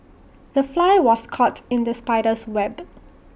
the fly was caught in the spider's web